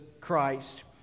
Christ